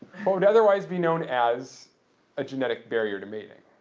what would otherwise be known as a genetic barrier to mating,